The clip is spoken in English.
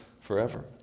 forever